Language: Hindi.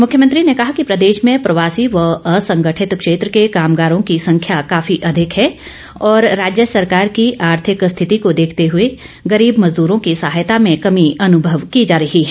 मुख्यमंत्री ने कहा कि प्रदेश में प्रवासी व असंगठित क्षेत्र के कामगारों की संख्या काफी अधिक है और राज्य सरकार की आर्थिक स्थिति को देखते हए गरीब मजदरों की सहायता में कमी अनुभव की जा रही है